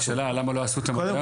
השאלה היא למה לא עשו את מה שאפשר היה